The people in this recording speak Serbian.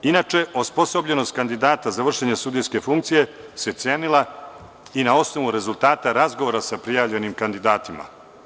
Inače, osposobljenost kandidata za vršenje sudijske funkcije se cenila i na osnovu rezultata razgovora sa prijavljenim kandidatima.